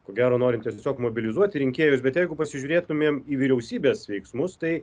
ko gero norint tiesiog mobilizuoti rinkėjus bet jeigu pasižiūrėtumėm į vyriausybės veiksmus tai